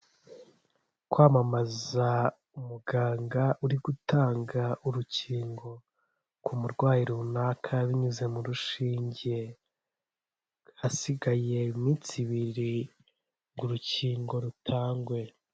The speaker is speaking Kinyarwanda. Kwamamaza umuganga uri gutanga urukingo ku murwayi runaka binyuze mu rushinge, hasigaye iminsi ibiri ngo urukingo rutangwe.